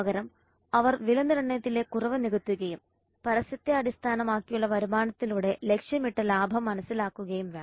പകരം അവർ വിലനിർണ്ണയത്തിലെ കുറവ് നികത്തുകയും പരസ്യത്തെ അടിസ്ഥാനമാക്കിയുള്ള വരുമാനത്തിലൂടെ ലക്ഷ്യമിട്ട ലാഭം മനസ്സിലാക്കുകയും വേണം